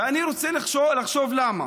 ואני רוצה לחשוב למה.